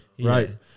Right